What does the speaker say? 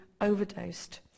overdosed